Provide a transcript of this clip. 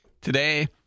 today